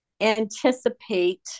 anticipate